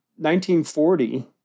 1940